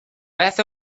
beth